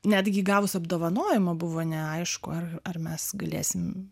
netgi gavus apdovanojimą buvo neaišku ar ar mes galėsim